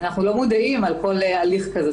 אנחנו לא מודעים על כל הליך כזה.